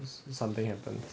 this means something happen